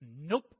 nope